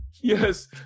Yes